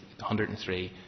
103